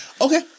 Okay